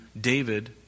David